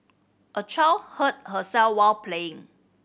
a child hurt herself while playing